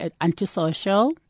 antisocial